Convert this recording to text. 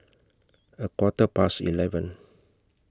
A Quarter Past eleven